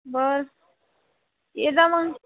बरं एजा मग